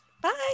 Bye